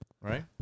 Right